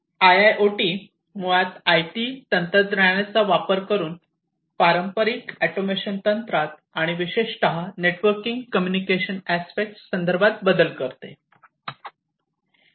IIoT मुळात IT तंत्रज्ञानाचा वापर करून पारंपारिक ऑटोमेशन तंत्रात आणि विशेषत नेटवर्किंग कम्युनिकेशन अस्पेक्ट संदर्भात बदल करते